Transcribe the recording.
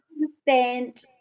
understand